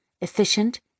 Efficient